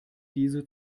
diese